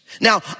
Now